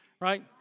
Right